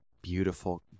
Beautiful